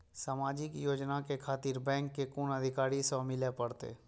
समाजिक योजना खातिर बैंक के कुन अधिकारी स मिले परतें?